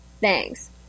thanks